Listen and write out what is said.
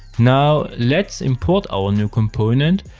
now let's import our new component,